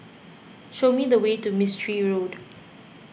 show me the way to Mistri Road